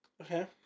Okay